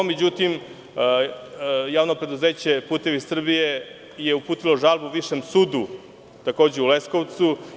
Međutim, Javno preduzeće „Putevi Srbije“ je uputilo žalbu Višem sudu takođe u Leskovcu